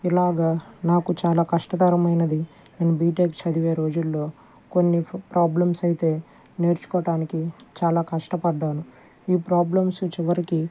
ఇలాగ నాకు చాలా కష్టతరమైనది నేను బీటెక్ చదివే రోజుల్లో కొన్ని ఫే ప్రాబ్లమ్స్ అయితే నేర్చుకోవటానికి చాలా కష్టపడ్డాను ఈ ప్రాబ్లమ్స్ చివరికి